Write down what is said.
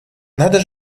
надо